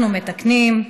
אנחנו מתקנים,